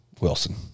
Wilson